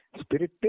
Spirit